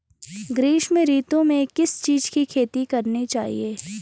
ग्रीष्म ऋतु में किस चीज़ की खेती करनी चाहिये?